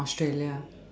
australia